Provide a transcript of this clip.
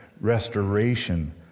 restoration